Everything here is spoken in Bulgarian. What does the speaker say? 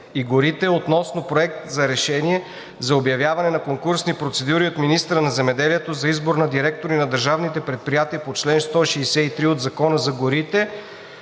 следния Проект на решение за обявяване на конкурсни процедури от министъра на земеделието за избор на директори на държавните предприятия по чл. 163 от Закона за горите: